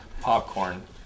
popcorn